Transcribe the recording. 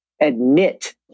admit